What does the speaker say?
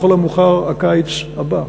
לכל המאוחר בקיץ הבא.